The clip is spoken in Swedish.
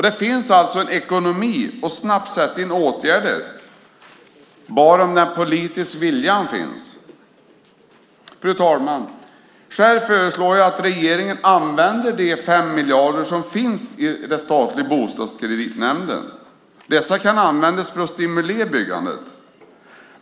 Det finns alltså ekonomi att snabbt sätta in åtgärder, bara den politiska viljan finns. Fru talman! Själv föreslår jag att regeringen använder de 5 miljarder som finns i den statliga Bostadskreditnämnden. Dessa kan användas för att stimulera byggandet.